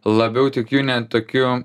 labiau tikiu net tokiu